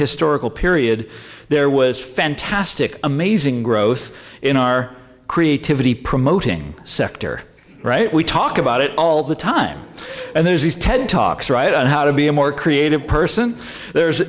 historical period there was fantastic amazing growth in our creativity promoting sector right we talk about it all the time and there's these ted talks right on how to be a more creative person there's